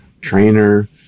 trainer